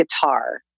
guitar